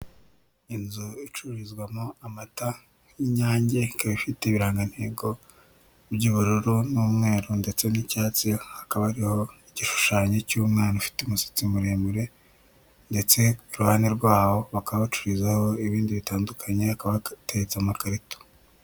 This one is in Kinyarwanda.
Inzu icururizwamo amata y'inyange, ikaba ifite ibirangantego by'ubururu n'umweru ndetse n'icyatsi, hakaba hariho igishushanyo cy'umwana ufite umusatsi muremure, ndetse iruhande rwawo bakabacururizaho ibindi bitandukanye hakaba hateretse amakarito.